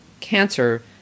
cancer